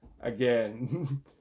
Again